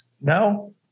No